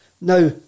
Now